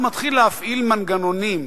הוא מתחיל להפעיל מנגנונים.